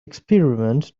experiment